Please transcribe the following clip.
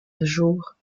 jour